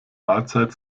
mahlzeit